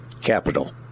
capital